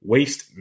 Waste